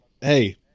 Hey